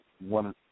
one